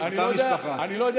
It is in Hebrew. אותה משפחה.